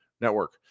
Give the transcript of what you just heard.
network